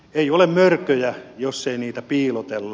ei ole mörköjä jos ei niitä piilotella